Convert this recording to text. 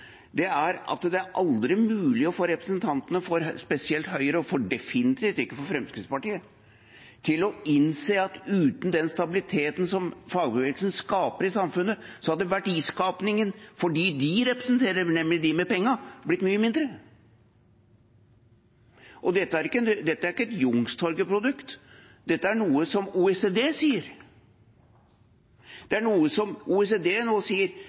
er at det aldri er mulig å få representantene for spesielt Høyre, og definitivt ikke for Fremskrittspartiet – for de representerer nemlig dem med pengene – til å innse at uten den stabiliteten som fagbevegelsen skaper i samfunnet, hadde verdiskapingen blitt mye mindre. Dette er ikke et Youngstorget-produkt, dette er noe som OECD nå sier: